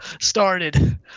started